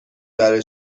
برای